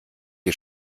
ihr